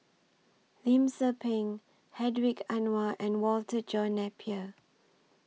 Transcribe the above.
Lim Tze Peng Hedwig Anuar and Walter John Napier